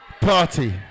party